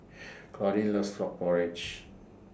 Claudine loves Frog Porridge